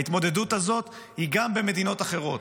ההתמודדות הזאת היא גם במדינות אחרות.